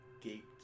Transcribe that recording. gaped